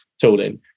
tooling